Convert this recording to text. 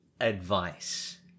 advice